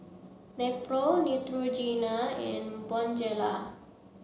Nepro Neutrogena and Bonjela